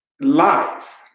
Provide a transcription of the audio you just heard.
life